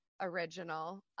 original